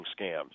scams